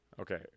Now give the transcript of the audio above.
Okay